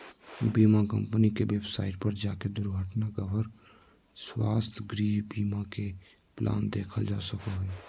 बीमा कम्पनी के वेबसाइट पर जाके दुर्घटना कवर, स्वास्थ्य, गृह बीमा के प्लान देखल जा सको हय